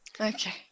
Okay